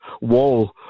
wall